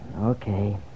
okay